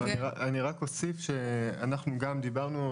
אני רק אוסיף שאנחנו גם דיברנו,